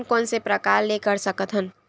कोन कोन से प्रकार ले कर सकत हन?